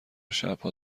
شبها